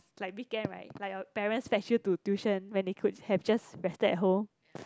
like weekend right like your parents fetch you to tuition when they could have just rested at home